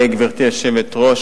גברתי היושבת-ראש,